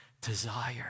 desire